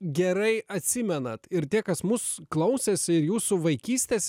gerai atsimenat ir tie kas mus klausėsi ir jūsų vaikystės